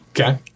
Okay